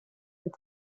with